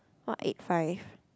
what eight five